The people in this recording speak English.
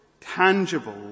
tangible